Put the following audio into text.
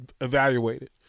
evaluated